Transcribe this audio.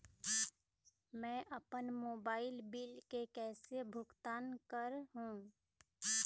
मैं अपन mobile bill के कैसे भुगतान कर हूं?